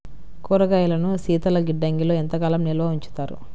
కూరగాయలను శీతలగిడ్డంగిలో ఎంత కాలం నిల్వ ఉంచుతారు?